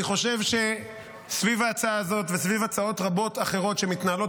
אני חושב שסביב ההצעה הזאת וסביב הצעות רבות אחרות שמתנהלות